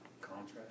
Contract